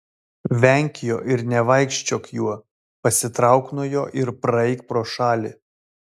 venk jo ir nevaikščiok juo pasitrauk nuo jo ir praeik pro šalį